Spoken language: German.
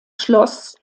schloss